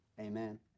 Amen